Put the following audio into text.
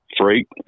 freight